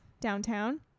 downtown